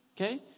Okay